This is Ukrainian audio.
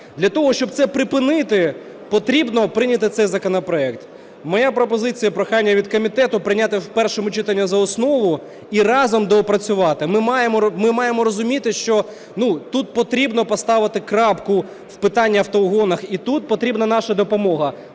Для того, щоб це припинити, потрібно прийняти цей законопроект. Моя пропозиція і прохання від комітету, прийняти в першому читанні за основу і разом доопрацювати. Ми маємо розуміти, що тут потрібно поставити крапку в питанні автоугонів і тут потрібна наша допомога,